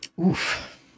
oof